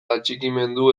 atxikimendu